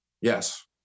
yes